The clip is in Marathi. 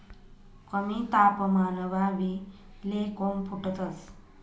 कमी तापमानमा बी ले कोम फुटतंस